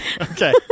Okay